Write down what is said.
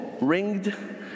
ringed